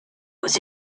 aux